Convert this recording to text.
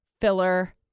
Filler